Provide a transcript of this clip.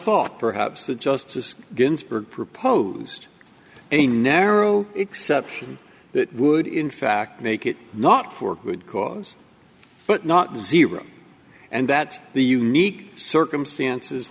thought perhaps that justice ginsburg proposed a narrow exception that would in fact make it not for a good cause but not zero and that the unique circumstances